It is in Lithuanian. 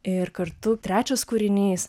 ir kartu trečias kūrinys